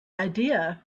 idea